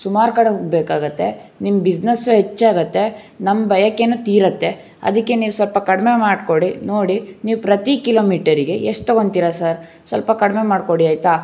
ಸುಮಾರು ಕಡೆ ಹೋಗಬೇಕಾಗತ್ತೆ ನಿಮ್ಮ ಬಿಸ್ನೆಸ್ಸು ಹೆಚ್ಚಾಗತ್ತೆ ನಮ್ಮ ಬಯಕೆ ತೀರುತ್ತೆ ಅದಕ್ಕೆ ನೀವು ಸ್ವಲ್ಪ ಕಡಿಮೆ ಮಾಡಿಕೊಡಿ ನೋಡಿ ನೀವು ಪ್ರತಿ ಕಿಲೋಮೀಟರಿಗೆ ಎಷ್ಟು ತಗೊತಿರಾ ಸರ್ ಸ್ವಲ್ಪ ಕಡಿಮೆ ಮಾಡಿಕೊಡಿ ಆಯ್ತಾ